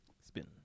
Spin